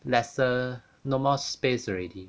lesser no more space already